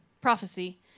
prophecy